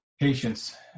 Patience